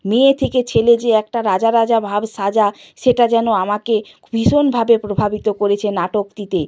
মেয়ে থেকে ছেলে যে একটা রাজা রাজা ভাব সাজা সেটা যেন আমাকে ভীষণভাবে প্রভাবিত করেছে নাটকটিতে